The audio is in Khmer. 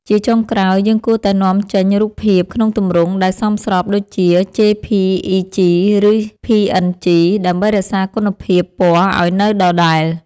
ជាចុងក្រោយ យើងគួរតែនាំចេញរូបភាពក្នុងទម្រង់ដែលសមស្របដូចជា ជេ-ភី-អ៊ី-ជី ឬ ភី-អិន-ជី ដើម្បីរក្សាគុណភាពពណ៌ឱ្យនៅដដែល។